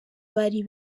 bari